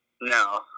No